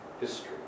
history